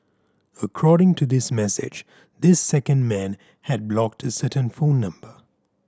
according to this message this second man had blocked a certain phone number